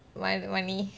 money money